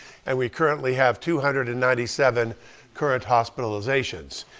and we currently have two hundred and ninety seven current hospitalizations.